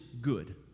good